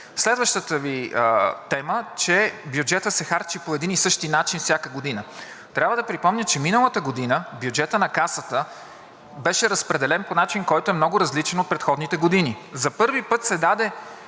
Следващата Ви тема, че бюджетът се харчи по един и същи начин всяка година. Трябва да припомня, че миналата година бюджетът на Касата беше разпределен по начин, който е много различен от предходните години. За първи път се даде